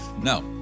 No